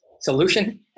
solution